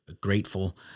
grateful